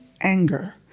anger